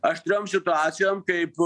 aštriom situacijom kaip